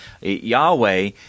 Yahweh